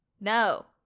No